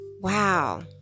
Wow